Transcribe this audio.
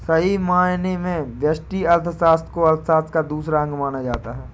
सही मायने में व्यष्टि अर्थशास्त्र को अर्थशास्त्र का दूसरा अंग माना जाता है